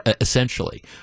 essentially